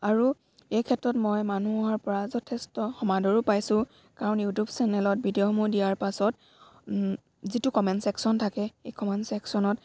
আৰু এই ক্ষেত্ৰত মই মানুহৰ পৰা যথেষ্ট সমাদৰো পাইছোঁ কাৰণ ইউটিউব চেনলেত ভিডিঅ'সমূহ দিয়াৰ পাছত যিটো কমেণ্ট চেকচন থাকে এই কমেণ্ট চেকচনত